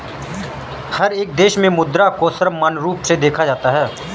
हर एक देश में मुद्रा को सर्वमान्य रूप से देखा जाता है